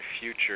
future